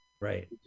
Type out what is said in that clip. Right